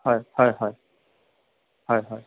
হয় হয় হয় হয় হয়